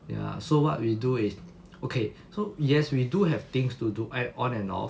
ya so what we do is okay so yes we do have things to do I on and off